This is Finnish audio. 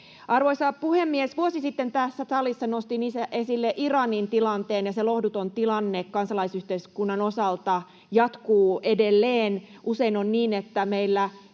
Arvoisa puhemies! Vuosi sitten tässä salissa nostin esille Iranin tilanteen, ja se lohduton tilanne kansalaisyhteiskunnan osalta jatkuu edelleen. Usein on niin, että meillä